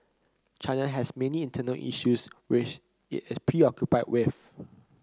China has many internal issues which it is preoccupied with